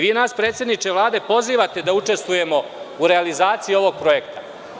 Vi nas, predsedniče Vlade, pozivate da učestvujemo u realizaciji ovog projekta.